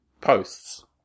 posts